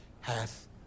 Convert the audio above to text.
hath